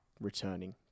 returning